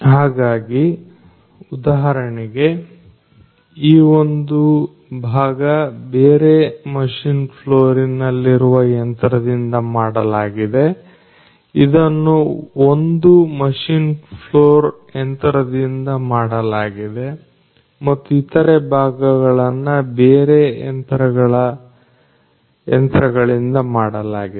ಹಾಗಾಗಿ ಉದಾಹರಣೆಗೆ ಈ ಒಂದು ಭಾಗ ಬೇರೆ ಮಷೀನ್ ಫ್ಲೋರಿನಲ್ಲಿರುವ ಯಂತ್ರದಿಂದ ಮಾಡಲಾಗಿದೆ ಇದನ್ನು ಒಂದು ಮಷೀನ್ ಫ್ಲೋರ್ ಯಂತ್ರದಿಂದ ಮಾಡಲಾಗಿದೆ ಮತ್ತು ಇತರೆ ಭಾಗಗಳನ್ನು ಬೇರೆ ಯಂತ್ರಗಳಿಂದ ಮಾಡಲಾಗಿದೆ